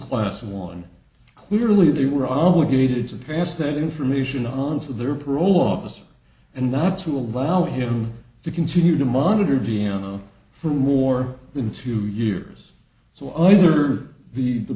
class one clearly they were obligated to pass that information on to their parole officer and not to allow him to continue to monitor deanna for more than two years so either the the